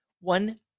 one